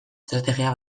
estrategia